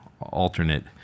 alternate